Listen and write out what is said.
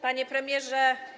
Panie Premierze!